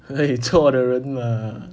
eh 错的人啦